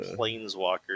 planeswalker